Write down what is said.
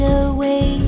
away